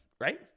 right